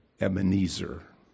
Ebenezer